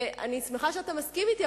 אני שמחה שאתה מסכים אתי,